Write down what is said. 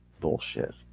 Bullshit